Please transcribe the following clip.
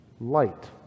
Light